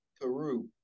Peru